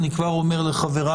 אני כבר אומר לחבריי,